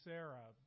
Sarah